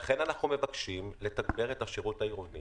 לכן אנחנו מבקשים לתגבר את השירות העירוני